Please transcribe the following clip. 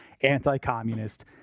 Anti-communist